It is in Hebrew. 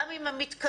גם עם המתקנים,